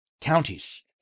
counties